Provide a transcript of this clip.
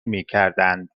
میکردند